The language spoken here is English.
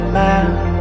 man